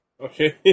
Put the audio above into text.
Okay